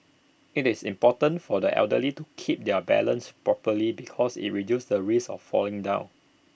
IT is important for the elderly to keep their balance properly because IT reduces the risk of falling down